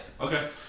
Okay